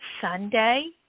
Sunday